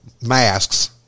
masks